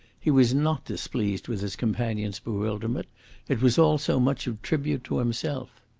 he was not displeased with his companion's bewilderment it was all so much of tribute to himself.